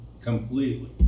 Completely